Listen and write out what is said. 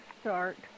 start